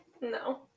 No